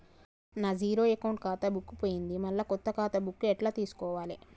నా zero account ఖాతా book పోయింది మళ్ళా కొత్త ఖాతా బుక్కు ఎట్ల తీసుకోవాలే?